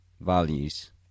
values